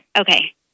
Okay